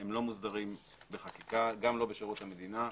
הם לא מוסדרים בחקיקה, גם לא בשירות המדינה.